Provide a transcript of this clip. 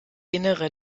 innere